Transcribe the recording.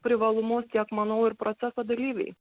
privalumus tiek manau ir proceso dalyviai